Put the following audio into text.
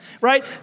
right